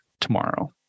tomorrow